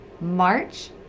march